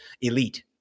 elite